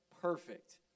perfect